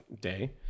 day